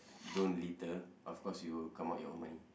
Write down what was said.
don't litter of course you will come out your own money